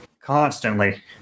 constantly